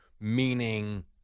Meaning